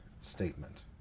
statement